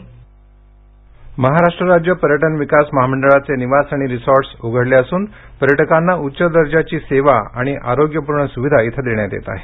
MTDC Maharashtra राज्य पर्यटन विकास महामंडळाचे निवास आणि रिसॉर्ट उघडले असुन पर्यटकांना उच्च दर्जाची सेवा आणि आरोग्यपूर्ण सुविधा इथं देण्यात येत आहेत